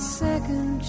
second